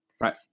Right